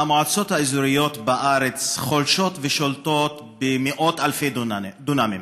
המועצות האזוריות בארץ חולשות ושולטות במאות אלפי דונמים,